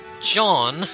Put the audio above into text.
John